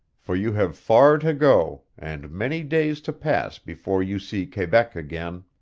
for you have far to go, and many days to pass before you see quebec again.